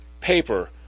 paper